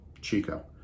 Chico